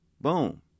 boom